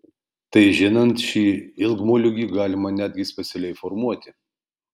tai žinant šį ilgmoliūgį galima netgi specialiai formuoti